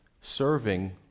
serving